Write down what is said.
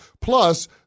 Plus